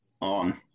on